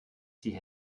sie